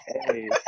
Hey